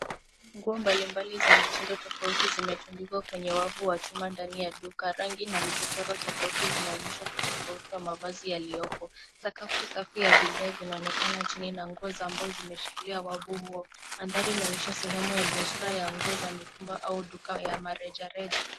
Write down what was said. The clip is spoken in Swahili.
Nguo mbalimbali za mitindo tofauti zimetundikwa kwenye wavu wa chuma ndani ya duka. Rangi na michochoro tofauti zinaonyesha utofauti wa mavazi yaliyopo. Sakafu safi ya vigae vinaonekana chini na nguo za mbao zimeshikilia wavu huo. Mandhari inaonyesha sehemu ya biashara ya nguo za mitumba au duka ya marejareja.